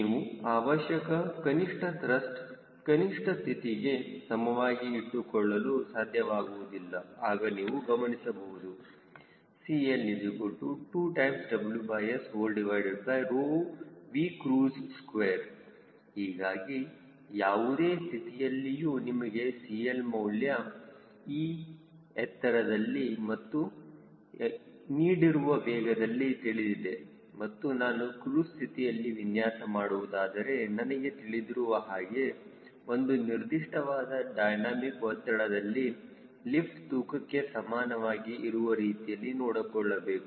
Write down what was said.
ನೀವು ಅವಶ್ಯಕ ಕನಿಷ್ಠ ತ್ರಸ್ಟ್ ಕನಿಷ್ಠ ಸ್ಥಿತಿಗೆ ಸಮವಾಗಿ ಇಟ್ಟುಕೊಳ್ಳಲು ಸಾಧ್ಯವಾಗುವುದಿಲ್ಲ ಆಗ ನೀವು ಗಮನಿಸಬಹುದು CL2WSVcruise2 ಹೀಗಾಗಿ ಯಾವುದೇ ಸ್ಥಿತಿಯಲ್ಲಿಯೂ ನಿಮಗೆ CL ಮೌಲ್ಯ ಆ ಎತ್ತರದಲ್ಲಿ ಮತ್ತು ನೀಡಿರುವ ವೇಗದಲ್ಲಿ ತಿಳಿದಿದೆ ಮತ್ತು ನಾನು ಕ್ರೂಜ್ ಸ್ಥಿತಿಯಲ್ಲಿ ವಿನ್ಯಾಸ ಮಾಡುವುದಾದರೆ ನನಗೆ ತಿಳಿದಿರುವ ಹಾಗೆ ಒಂದು ನಿರ್ದಿಷ್ಟವಾದ ಡೈನಮಿಕ್ ಒತ್ತಡದಲ್ಲಿ ಲಿಫ್ಟ್ ತೂಕಕ್ಕೆ ಸಮಾನವಾಗಿ ಇರುವ ರೀತಿಯಲ್ಲಿ ನೋಡಿಕೊಳ್ಳಬೇಕು